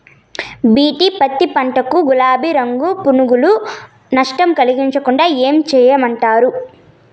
BT పత్తి పంట కు, గులాబీ రంగు పులుగులు నష్టం కలిగించకుండా ఏం చేయమంటారు?